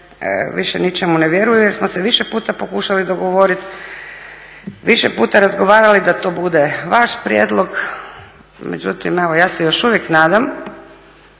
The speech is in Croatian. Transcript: više ničemu ne vjeruju jer smo se više puta pokušali dogovoriti, više puta razgovarali da to bude vaš prijedlog, međutim evo ja se još uvijek nadam